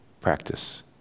practice